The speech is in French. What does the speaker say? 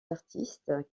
artistes